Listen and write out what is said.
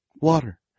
Water